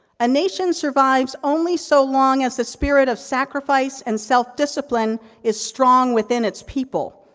a nation survives only so long as the spirit of sacrifice and self-discipline is strong within its people.